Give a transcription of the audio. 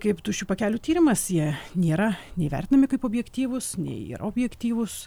kaip tuščių pakelių tyrimas jie nėra vertinami kaip objektyvūs nei objektyvūs